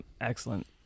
Excellent